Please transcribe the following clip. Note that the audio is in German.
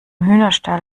hühnerstall